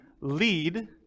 lead